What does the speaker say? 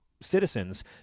citizens